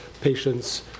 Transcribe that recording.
patients